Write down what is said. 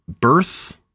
birth